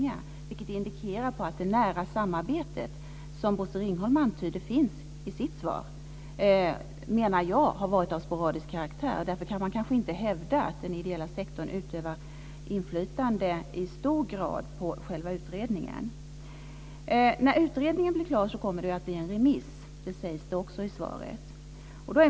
Jag menar att det indikerar att det nära samarbete som finns, enligt vad Bosse Ringholm antyder i sitt svar, har varit av sporadisk karaktär. Därför kan man kanske inte hävda att den ideella sektorn i hög grad utövar inflytande över själva utredningen. När utredningen blir klar blir det ett remissförfarande, som också sägs i svaret.